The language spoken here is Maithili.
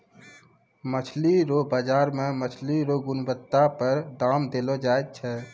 मछली रो बाजार मे मछली रो गुणबत्ता पर दाम देलो जाय छै